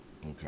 Okay